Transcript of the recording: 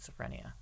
schizophrenia